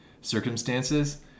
circumstances